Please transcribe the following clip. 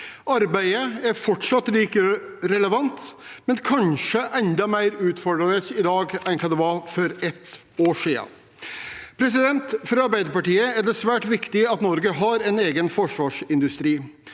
Arbeidet er fortsatt like relevant, men kanskje enda mer utfordrende i dag enn hva det var for et år siden. For Arbeiderpartiet er det svært viktig at Norge har en egen forsvarsindustri.